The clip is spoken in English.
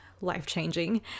life-changing